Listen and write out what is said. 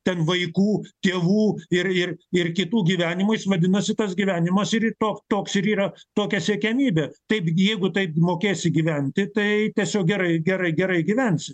ten vaikų tėvų ir ir ir kitų gyvenimais vadinasi tas gyvenimas ir ry to toks ir yra tokia siekiamybė taipgi jeigu taip mokėsi gyventi tai tiesiog gerai gerai gerai gyvensi